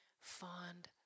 fond